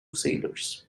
sailors